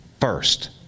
first